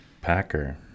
Packer